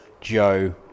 Joe